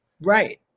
Right